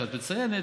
שאת מציינת,